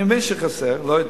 אני מבין שחסר, לא יודע,